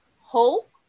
hope